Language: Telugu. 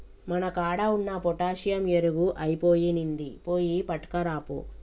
మన కాడ ఉన్న పొటాషియం ఎరువు ఐపొయినింది, పోయి పట్కరాపో